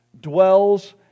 dwells